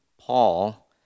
Paul